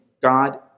God